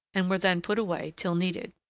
and were then put away till needed.